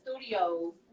Studio